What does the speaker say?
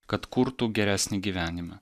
kad kurtų geresnį gyvenimą